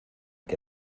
que